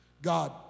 God